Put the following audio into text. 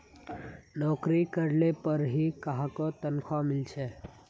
नोकरी करले पर ही काहको तनखा मिले छे